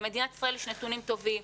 למדינת ישראל יש נתונים טובים,